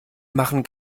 machen